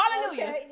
Hallelujah